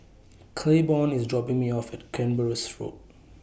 Claiborne IS dropping Me off At Canberra Road